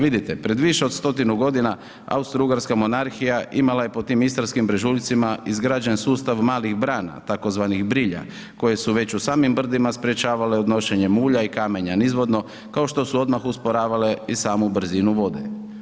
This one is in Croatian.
Vidite, pred više od 100 g. Austrougarska monarhija imala je po tim istarskim brežuljcima izgrađen sustav malih brana tzv. brilja koje su već u samim brdima sprječavale odnošenje mulja i kamenja nizvodno kao što su odmah usporavale i samu brzinu vode.